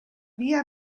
via